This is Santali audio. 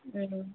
ᱚᱸᱻ